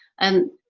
and,